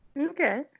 okay